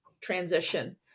transition